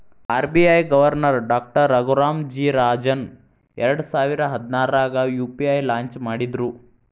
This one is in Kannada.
RBI governor doctor Raghuram G Rajan ಎರಡಸಾವಿರ ಹದ್ನಾರಾಗ ಯು.ಪಿ.ಐ ಲಾಂಚ್ ಮಾಡಿದ್ರು